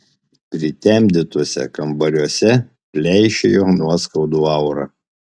pritemdytuose kambariuose pleišėjo nuoskaudų aura